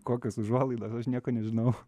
kokios užuolaidos aš nieko nežinau